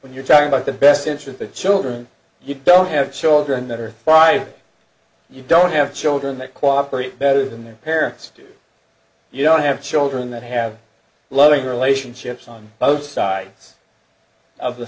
when you're talking about the best interests of children you don't have children that are five you don't have children they cooperate better than their parents do you don't have children that have loving relationships on both sides of the